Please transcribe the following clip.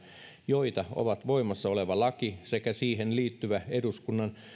joita ovat voimassa oleva laki sekä siihen liittyvä eduskunnan